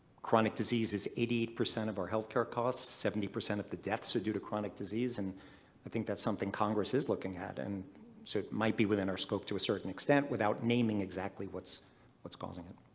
chronic disease is eighty percent of our healthcare costs, seventy percent of the debts are due to chronic disease and i think that's something congress is looking at and so it might be within our scope to a certain extent without naming exactly what's what's causing it.